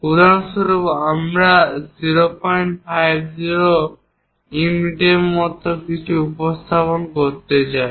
উদাহরণস্বরূপ আমি 050 ইউনিটের মতো কিছু উপস্থাপন করতে চাই